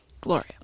Gloria